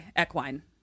equine